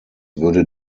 würde